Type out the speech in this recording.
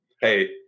Hey